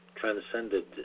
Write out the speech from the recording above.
transcended